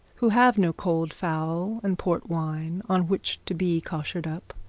who have no cold fowl and port wine on which to be coshered up,